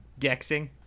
gexing